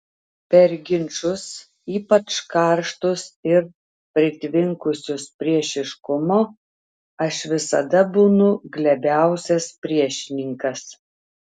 per ginčus ypač karštus ir pritvinkusius priešiškumo aš visada būnu glebiausias priešininkas